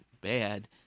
bad